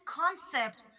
concept